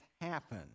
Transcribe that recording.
happen